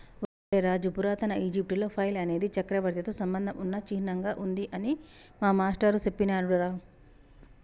ఒరై రాజు పురాతన ఈజిప్టులో ఫైల్ అనేది చక్రవర్తితో సంబంధం ఉన్న చిహ్నంగా ఉంది అని మా మాష్టారు సెప్పినాడురా